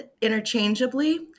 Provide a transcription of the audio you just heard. interchangeably